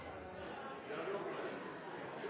er det